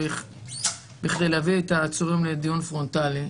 בכדי להביא את העצורים לדיון פרונטלי".